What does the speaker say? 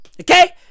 okay